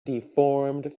deformed